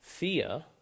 Fear